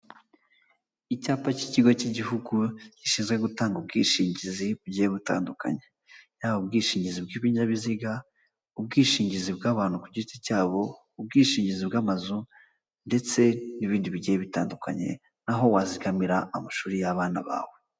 Icyapa cy'ikigo cy'igihugu gishinzwe gutanga ubwishingizi butandukanye yaba ubwishingizi bw'ibinyabiziga ubwishingizi bw'abantu ku giti cyabo ubwishingizi bw'amazu ndetse n'ibindi bigiye bitandukanye naho wazigamira amashuri y'abana bawe.